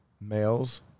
males